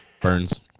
Burns